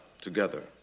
together